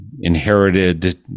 inherited